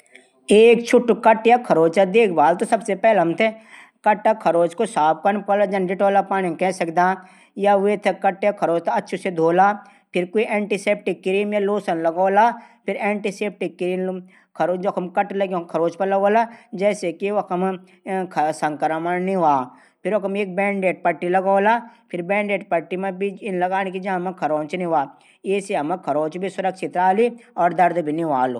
छुटा कट या खरोंच देखभाल कनू तरीका या च की.हम वीं जगह मां साफ सफाई राखण चैंद। और हल्दी तेल मिलेकी भी लगै सकदा। हल्दी मा एंटीबायोटिक हूदी। और य त क्वी टूयब भी लगै सकदा। खरोच जगा मा वैक्टीरिया पैदा हूण से बचाण चैंद।